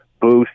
boost